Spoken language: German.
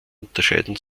unterscheiden